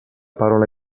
parola